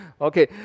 Okay